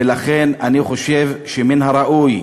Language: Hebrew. ולכן אני חושב שמן הראוי,